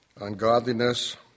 ungodliness